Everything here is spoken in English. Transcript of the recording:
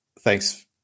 thanks